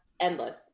endless